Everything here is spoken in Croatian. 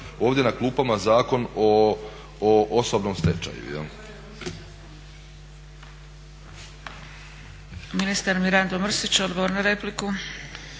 ovdje na klupama Zakon o osobnom stečaju.